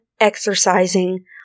exercising